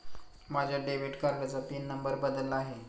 माझ्या डेबिट कार्डाचा PIN number बदलला आहे